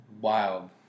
wild